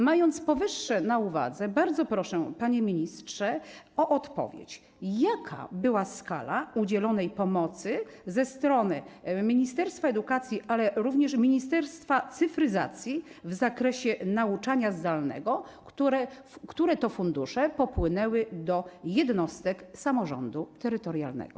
Mając powyższe na uwadze, bardzo proszę, panie ministrze, o odpowiedź: Jaka była skala udzielonej pomocy ze strony ministerstwa edukacji, ale również Ministerstwa Cyfryzacji, w zakresie nauczania zdalnego, które to fundusze popłynęły do jednostek samorządu terytorialnego?